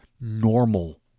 normal